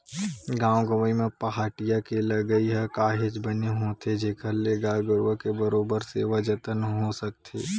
गाँव गंवई म पहाटिया के लगई ह काहेच बने होथे जेखर ले गाय गरुवा के बरोबर सेवा जतन हो सकथे